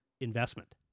investment